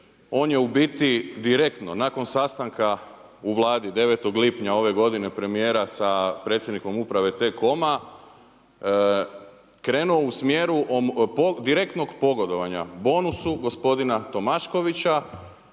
on je u biti direktno nakon sastanka u Vladi 9. lipnja ove godine premijera sa predsjednikom uprave T-com-a krenuo u smjeru direktnog pogodovanja bonusu bonusu gospodina Tomaškovića